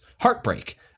heartbreak